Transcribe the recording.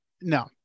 No